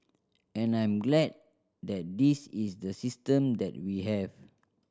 and I'm glad that this is the system that we have